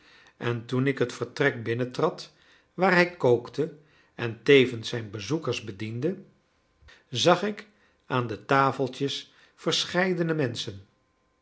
en toen ik het vertrek binnentrad waar hij kookte en tevens zijn bezoekers bediende zag ik aan de tafeltjes verscheidene menschen